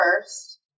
first